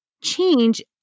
change